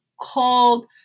called